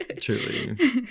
truly